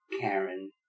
Karen